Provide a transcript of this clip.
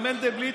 מר מנדלבליט,